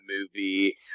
movie